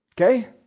Okay